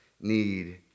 need